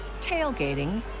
tailgating